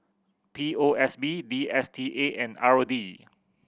P O S B D S T A and R O D